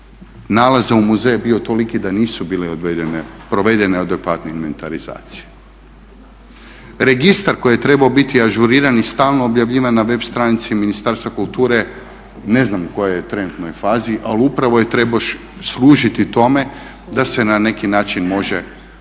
nalaza u muzeje bio toliki da nisu bile provedene adekvatne inventarizacije. Registar koji je trebao biti ažuriran i stalno objavljivan na web stranici Ministarstva kulture ne znam u kojoj je trenutnoj fazi, ali upravo je trebao služiti tome da se na neki način može štititi